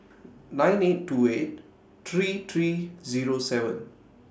nine eight two eight three three Zero seven